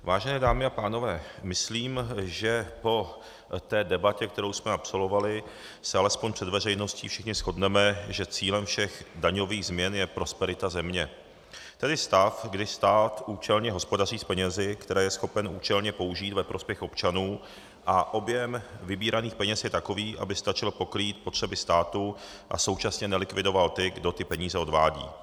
Vážené dámy a pánové, myslím, že po té debatě, kterou jsme absolvovali, se alespoň před veřejností všichni shodneme, že cílem všech daňových změn je prosperita země, tedy stav, kdy stát účelně hospodaří s penězi, které je schopen účelně použít ve prospěch občanů, a objem vybíraných peněz je takový, aby stačil pokrýt potřeby státu a současně nelikvidoval ty, kteří ty peníze odvádějí.